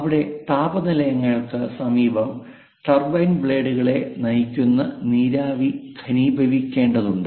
ഇവിടെ താപ നിലയങ്ങൾക്ക് സമീപം ടർബൈൻ ബ്ലേഡുകളെ നയിക്കുന്ന നീരാവി ഘനീഭവിക്കേണ്ടതുണ്ട്